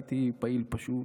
והייתי פעיל פשוט,